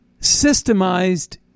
systemized